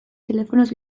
telefonoz